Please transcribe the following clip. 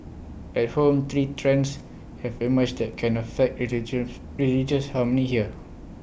at home three trends have emerged that can affect religious harmony here